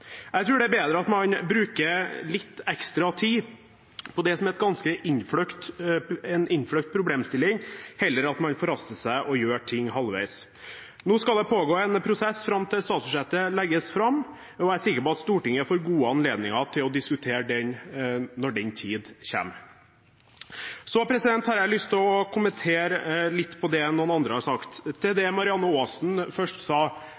Jeg tror det er bedre at man bruker litt ekstra tid på det som er en innfløkt problemstilling, enn at man forhaster seg og gjør ting halvveis. Nå skal det pågå en prosess fram til statsbudsjettet legges fram, og jeg er sikker på at Stortinget får gode anledninger til å diskutere den når den tiden kommer. Så har jeg lyst til å kommentere litt det andre har sagt. Marianne Aasen sa